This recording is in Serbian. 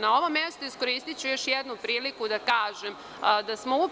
Na ovom mestu iskoristiću još jednom priliku da kažem da smo